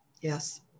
yes